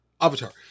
Avatar